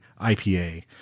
IPA